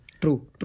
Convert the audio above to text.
True